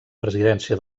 presidència